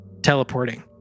Teleporting